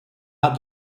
had